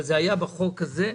אבל זה היה בחוק הזה,